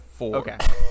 Okay